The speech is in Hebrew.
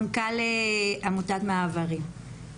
מנכ"ל עמותת מעברים.